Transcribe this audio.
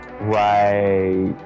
Right